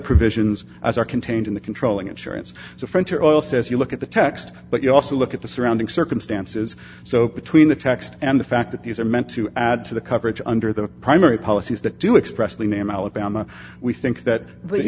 provisions as are contained in the controlling insurance the french are also as you look at the text but you also look at the surrounding circumstances so between the text and the fact that these are meant to add to the coverage under the primary policies that do express the name alabama we think that